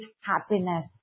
happiness